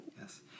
Yes